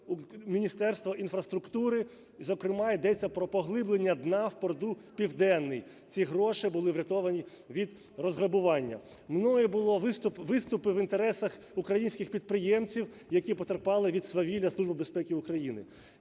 Міністерство інфраструктури, зокрема, йдеться про поглиблення дна в порту "Південний". Ці гроші були врятовані від розграбування. Мною було… виступи в інтересах українських підприємців, які потерпали від свавілля